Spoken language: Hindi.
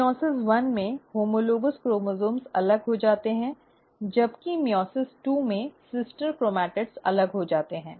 मइओसिस एक में होमोलोगॅस क्रोमोसोम्स अलग हो जाते हैं जबकि मइओसिस दो में सिस्टर क्रोमेटिड अलग हो जाते हैं